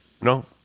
No